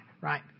right